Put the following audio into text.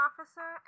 officer